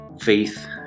faith